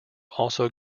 also